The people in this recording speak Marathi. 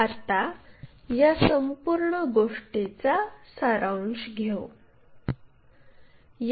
आता या संपूर्ण गोष्टीचा सारांश घेऊ